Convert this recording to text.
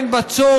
אין בה צורך,